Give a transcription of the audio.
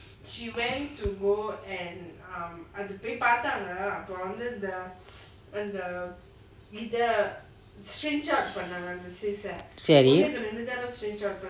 சேரி:ceri